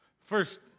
First